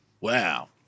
Wow